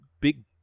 big